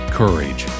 courage